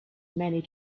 many